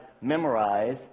memorize